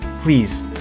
please